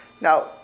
now